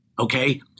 Okay